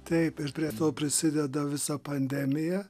taip ir prie to prisideda visa pandemija